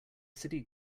city